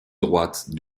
droite